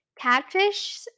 catfish